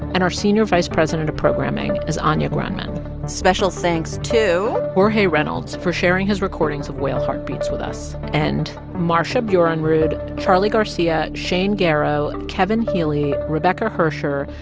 and our senior vice president of programming is anya grundmann special thanks to. to. jorge reynolds for sharing his recordings of whale heartbeats with us and. marcia bjornerud, charlie garcia, shane gero, kevin healy, rebecca hersher,